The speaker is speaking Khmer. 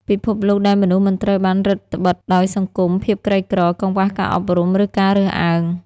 ពិភពលោកដែលមនុស្សមិនត្រូវបានរឹតត្បិតដោយសង្គម ភាពក្រីក្រ កង្វះការអប់រំ ឬការរើសអើង”។